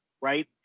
right